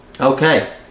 Okay